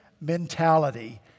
mentality